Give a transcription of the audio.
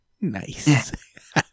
Nice